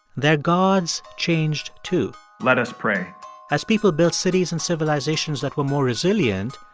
their gods changed too let us pray as people built cities and civilizations that were more resilient,